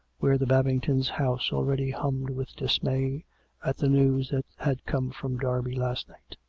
where the babingtons' house already hummed with dismay at the news that had come from derby last night.